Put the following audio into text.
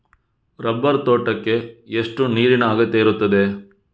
Rubber ತೋಟಕ್ಕೆ ಎಷ್ಟು ನೀರಿನ ಅಗತ್ಯ ಇರುತ್ತದೆ?